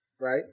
Right